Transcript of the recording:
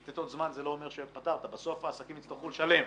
ומתן זמן לא אומר שפתרת כי בסוף העסקים יצטרכו לשלם.